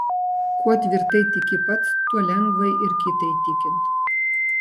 kuo tvirtai tiki pats tuo lengva ir kitą įtikint